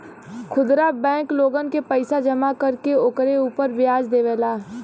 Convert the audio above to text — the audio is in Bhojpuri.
खुदरा बैंक लोगन के पईसा जमा कर के ओकरे उपर व्याज देवेला